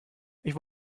ich